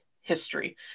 history